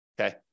okay